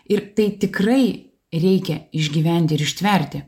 ir tai tikrai reikia išgyventi ir ištverti